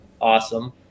awesome